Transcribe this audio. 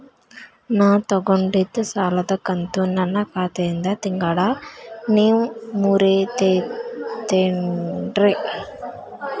ನಾ ತೊಗೊಂಡಿದ್ದ ಸಾಲದ ಕಂತು ನನ್ನ ಖಾತೆಯಿಂದ ತಿಂಗಳಾ ನೇವ್ ಮುರೇತೇರೇನ್ರೇ?